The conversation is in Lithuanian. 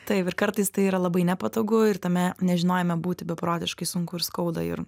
taip ir kartais tai yra labai nepatogu ir tame nežinojime būti beprotiškai sunku ir skauda ir